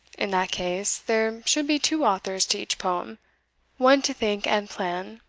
in that case, there should be two authors to each poem one to think and plan,